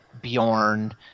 Bjorn